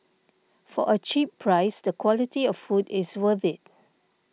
for a cheap price the quality of food is worth it